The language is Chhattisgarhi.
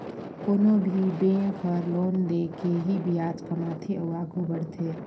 कोनो भी बेंक हर लोन दे के ही बियाज कमाथे अउ आघु बड़थे